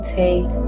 take